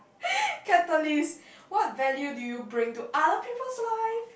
catalyst what value do you bring to other people's life